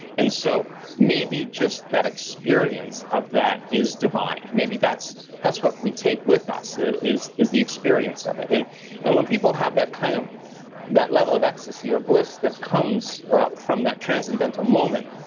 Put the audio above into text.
and so maybe just that experience of that is divine. maybe that's that's what we take with us, ah is is the experience of it and and when people have that kind of that level of ecstasy or bliss that comes ah from that transcendental moment,